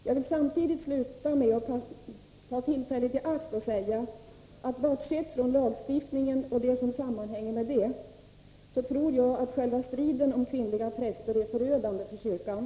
Jag vill sluta med att ta tillfället i akt och säga att bortsett från lagstiftningen och det som sammanhänger med den, tror jag att själva striden om kvinnliga präster är förödande för kyrkan.